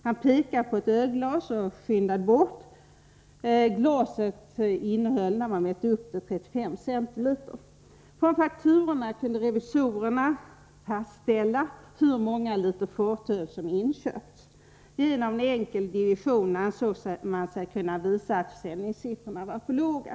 Han pekade på ett ölglas som stod i närheten och skyndade bort. Glaset innehöll 35 cl. Från fakturorna kunde revisorerna fastställa hur många liter fatöl som inköpts. Genom en enkel division ansåg de sig kunna visa att försäljningssiffrorna var för låga.